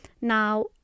Now